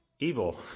evil